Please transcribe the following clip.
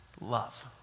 Love